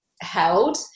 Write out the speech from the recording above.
held